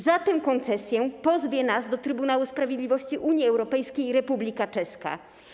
Za tę koncesję pozwie nas do Trybunału Sprawiedliwości Unii Europejskiej Republika Czeska.